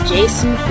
Jason